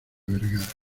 vergara